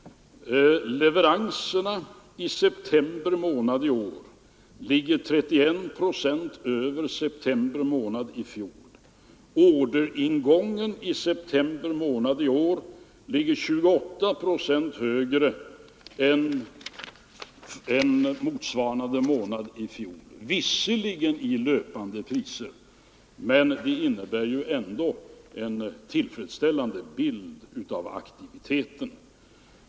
Leveranserna under september månad i år ligger 31 procent över leveranserna i september i fjol. Orderingången i september månad i år ligger 28 procent högre än motsvarande månad i fjol — visserligen i löpande priser, men det innebär ändå en tillfredsställande bild av aktiviteten.